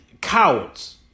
cowards